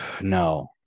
no